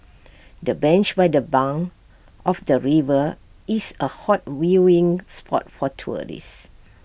the bench by the bank of the river is A hot viewing spot for tourists